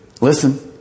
listen